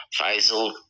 Faisal